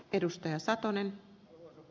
arvoisa puhemies